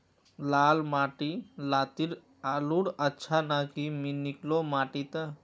लाल माटी लात्तिर आलूर अच्छा ना की निकलो माटी त?